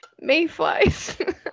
mayflies